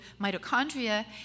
mitochondria